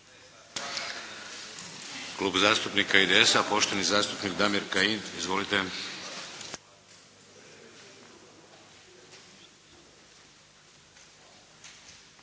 Klub zastupnika IDS-a poštovani zastupnik Damir Kajin. Izvolite.